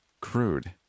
crude